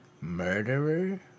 Murderer